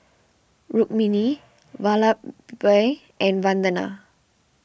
Rukmini Vallabhbhai and Vandana